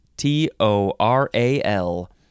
T-O-R-A-L